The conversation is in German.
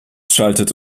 schaltet